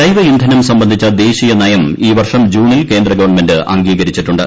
ജൈവ ഇന്ധനം സംബന്ധിച്ച ദേശീയനയം ഈവർഷം ജൂണിൽ കേന്ദ്ര ഗവൺമെന്റ് അംഗീകരിച്ചിട്ടുണ്ട്